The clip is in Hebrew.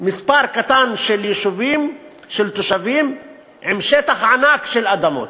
מספר קטן של תושבים עם שטח ענק של אדמות.